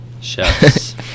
chefs